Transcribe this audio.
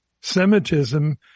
Semitism